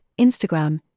Instagram